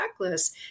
checklist